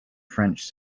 french